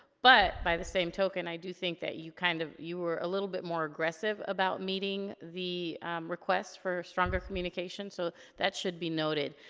but, by the same token, i do think that you kind of, you were a little bit more aggressive about meeting the requests for stronger communication, so that should be noted.